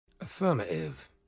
Affirmative